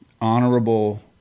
honorable